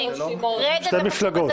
--- שתי מפלגות.